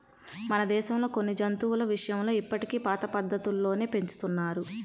మన దేశంలో కొన్ని జంతువుల విషయంలో ఇప్పటికీ పాత పద్ధతుల్లోనే పెంచుతున్నారు